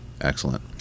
Excellent